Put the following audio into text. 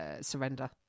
surrender